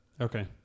Okay